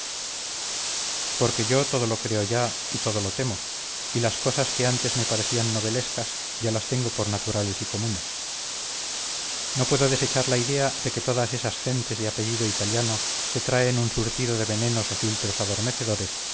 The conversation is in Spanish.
porque yo todo lo creo ya y todo lo temo y las cosas que antes me parecían novelescas ya las tengo por naturales y comunes no puedo desechar la idea de que todas esas gentes de apellido italiano se traen un surtido de venenos o filtros adormecedores